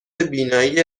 بینایی